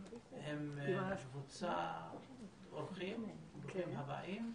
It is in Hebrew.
עם קבוצת אורחים, ברוכים הבאים.